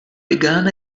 began